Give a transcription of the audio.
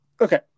Okay